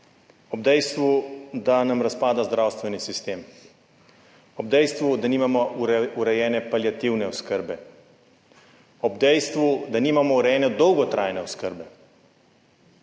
ob dejstvu, da nam razpada zdravstveni sistem, ob dejstvu, da nimamo urejene paliativne oskrbe, ob dejstvu, da nimamo urejene dolgotrajne oskrbe.